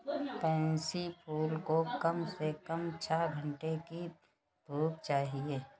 pansy फूल को कम से कम छह घण्टे की धूप चाहिए